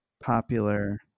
popular